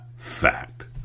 Fact